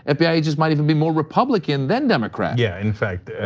ah fbi agents might even be more republican than democrat. yeah in fact,